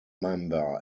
member